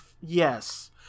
yes